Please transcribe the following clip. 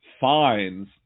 fines